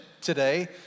today